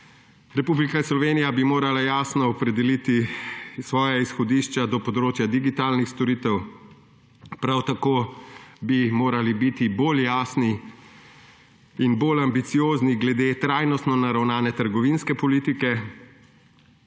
Republika Slovenija bi morala jasno opredeliti svoja izhodišča do področja digitalnih storitev, prav tako bi morali biti bolj jasni in bolj ambiciozni glede trajnostno naravnane trgovinske politike.